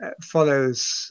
follows